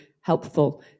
helpful